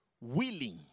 willing